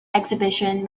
exhibition